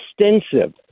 extensive